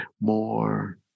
More